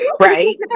Right